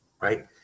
right